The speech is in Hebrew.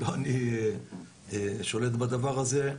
לא אני שולט בדבר הזה.